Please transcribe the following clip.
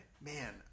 man